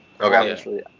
Okay